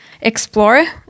explore